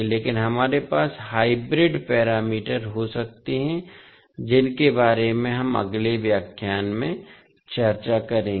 लेकिन हमारे पास हाइब्रिड पैरामीटर हो सकते हैं जिनके बारे में हम अगले व्याख्यान में चर्चा करेंगे